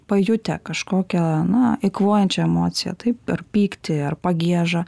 pajutę kažkokią na eikvojančių emociją taip per pyktį ar pagiežą